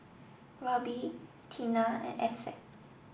Roby Teena and Essex